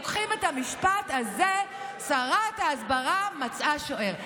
לוקחים את המשפט הזה: שרת ההסברה מצאה שוער.